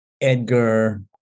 Edgar